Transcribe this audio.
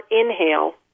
inhale